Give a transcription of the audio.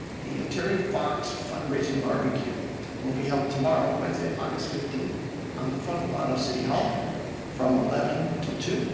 the terry fox fundraising barbecue will be held tomorrow, wednesday, august fifteenth on the front lawn of city hall from eleven til two.